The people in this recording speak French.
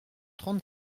trente